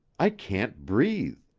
i can't breathe.